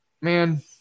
man